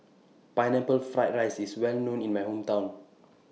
Pineapple Fried Rice IS Well known in My Hometown